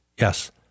Yes